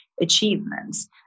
achievements